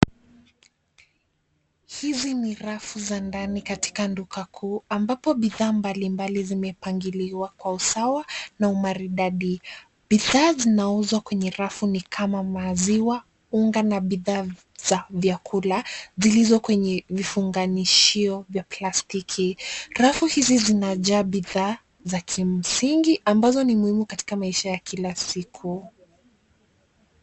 Hizi ni rafu za ndani katika duka kuu ambapo bidhaa mbalimbali zimepangiliwa kwa usawa na umaridadi. Bidhaa zinauzwa kwenye rafu ni kama maziwa, unga na bidhaa za vyakula zilizo kwenye vifunganishio vya plastiki. Rafu hizi zinajaa bidhaa za kimsingi ambazo ni muhimu katika maisha ya kila siku.